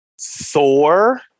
Thor